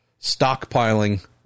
stockpiling